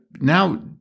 now